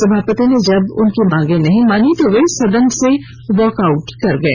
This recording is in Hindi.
सभापति ने जब उनकी मांगें नहीं मानी तो वे सदन से वॉकआउट कर गए